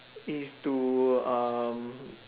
is to um